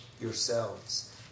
yourselves